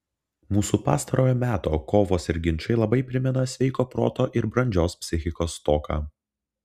mūsų pastarojo meto kovos ir ginčai labai primena sveiko proto ir brandžios psichikos stoką